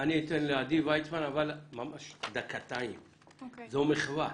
אני אתן לעדי ויצמן, אבל ממש דקותיים, זו מחווה.